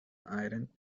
island